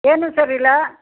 ಏನು ಹುಷಾರಿಲ್ಲ